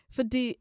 Fordi